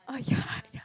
oh ya ya